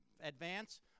advance